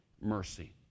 mercy